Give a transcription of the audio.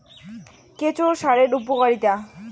কেঁচো সারের উপকারিতা?